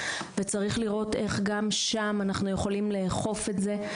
וצריך לראות איך גם שם אנחנו יכולים לאכוף את זה.